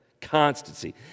Constancy